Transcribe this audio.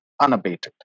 unabated